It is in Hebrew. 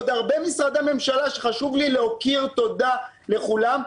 עוד הרבה משרדי ממשלה שחשוב לי להוקיר תודה לכולם.